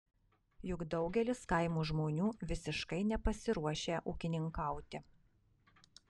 juk daugelis kaimo žmonių visiškai nepasiruošę ūkininkauti